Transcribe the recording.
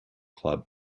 club